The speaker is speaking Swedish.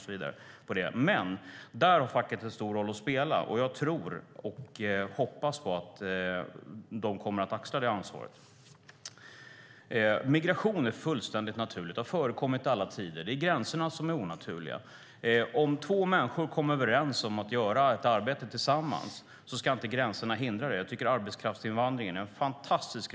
Här har facket som sagt en stor roll att spela, och jag hoppas att man kommer att axla detta ansvar. Migration är fullständigt naturligt. Det har förekommit i alla tider. Det är gränserna som är onaturliga. Om två människor kommer överens om att göra ett arbete tillsammans ska inte gränserna hindra det. Arbetskraftsinvandringsreformen är fantastisk.